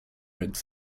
rigged